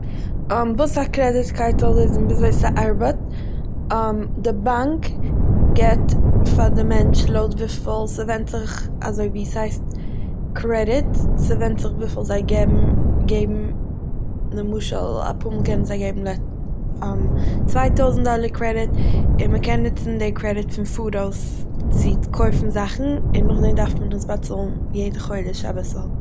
וואס א קרעדיט קארד ווי אזוי ס'ארבעט, די באנק געבט פאר די מענטש לויט וויפיל ס'ווענד זיך אזוי ווי ס'הייסט קרעדיטס, ס'ווענד זיך וויפיל זיי געבן- געבן למשל אפאר מאל קענען זיי געבן צוויי טויזענט דאלער קרעדיט און מ'קען נוצן די קרעדיט פון פאראויס צו קויפן זאכן און נאכדעם דארף מען עס באצאלן יעדע חודש אביסל.